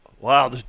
Wow